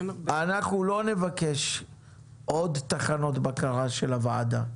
אנחנו לא נבקש עוד תחנות בקרה של הוועדה,